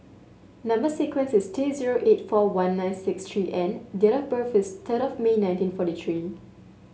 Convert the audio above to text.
number sequence is T zero eight four one nine six three N and date of birth is third of May nineteen forty three